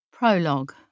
Prologue